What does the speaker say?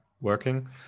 working